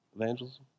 evangelism